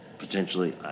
potentially